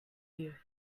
you